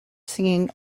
singing